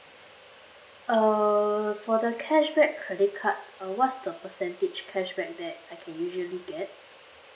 err for the cashback credit card uh what's the percentage cashback that I can usually get